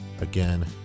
again